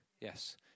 Yes